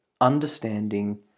understanding